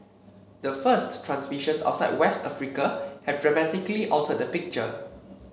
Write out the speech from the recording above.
the first transmissions outside West Africa have dramatically altered the picture